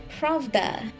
Pravda